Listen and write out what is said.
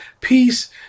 peace